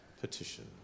petition